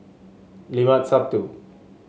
Limat Sabtu